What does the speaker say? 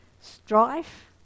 strife